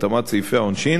התאמת סעיפי העונשין